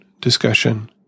discussion